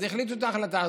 אז החליטו את ההחלטה הזו.